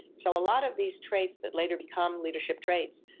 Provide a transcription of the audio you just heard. so a lot of these traits that later become leadership traits,